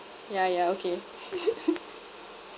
ya ya okay